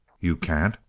you can't?